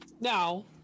now